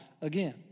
again